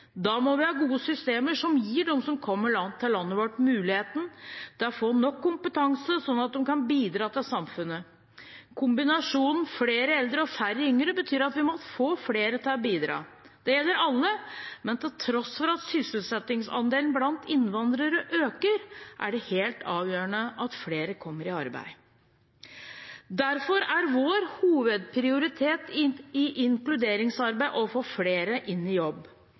Da må vi ha gode systemer som gir dem som kommer til landet vårt, muligheten til å få nok kompetanse, sånn at de kan bidra til samfunnet. Kombinasjonen flere eldre og færre yngre betyr at vi må få flere til å bidra. Det gjelder alle, men til tross for at sysselsettingsandelen blant innvandrere øker, er det helt avgjørende at flere kommer i arbeid. Derfor er vår hovedprioritet i inkluderingsarbeidet å få flere ut i jobb.